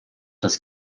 das